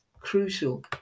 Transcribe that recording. crucial